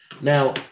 Now